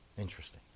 Interesting